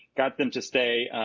got them to stay.